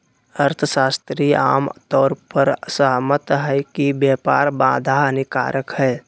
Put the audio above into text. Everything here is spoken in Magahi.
अर्थशास्त्री आम तौर पर सहमत हइ कि व्यापार बाधा हानिकारक हइ